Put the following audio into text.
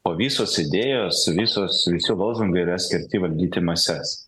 o visos idėjos visos visi lozungai yra skirti valdyti mases